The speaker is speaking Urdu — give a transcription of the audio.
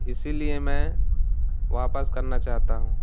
اسی لیے میں واپس کرنا چاہتا ہوں